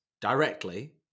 directly